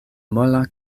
mola